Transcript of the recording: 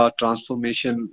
transformation